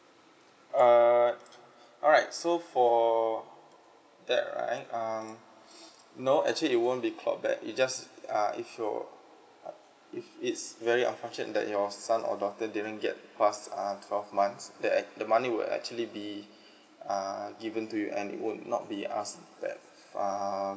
err alright so for that right um no actually it won't be called back it just uh if your uh if it's very unfortunate that your son or daughter didn't get pass uh twelve months that the money will actually be err given to you and it would not be ask back err